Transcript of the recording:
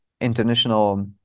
international